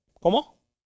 ¿Cómo